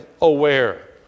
aware